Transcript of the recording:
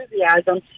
enthusiasm